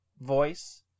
voice